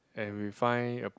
and we find a